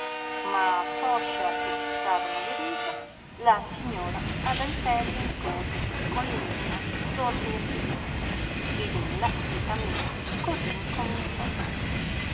ma poscia che cessarono le risa la signora ad alteria impose che con lo enimma ordine seguisse ed ella lietamente così incominciò